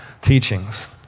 teachings